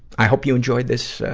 i hope you enjoyed this, ah,